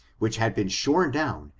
which had been shorn down,